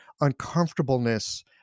uncomfortableness